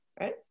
right